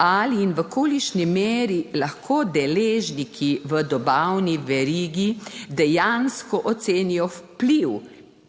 ali in v kolikšni meri lahko deležniki v dobavni verigi dejansko ocenijo vpliv